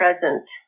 present